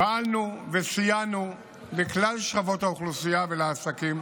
פעלנו וסייענו לכלל שכבות האוכלוסייה ולעסקים,